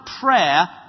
prayer